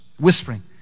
whispering